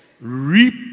reap